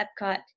Epcot